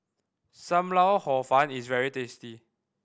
Sam Lau Hor Fun is very tasty